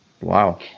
Wow